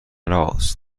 رآس